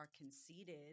conceited